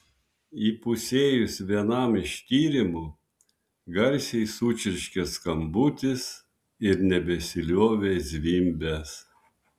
įpusėjus vienam iš tyrimų garsiai sučirškė skambutis ir nebesiliovė zvimbęs